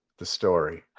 the story.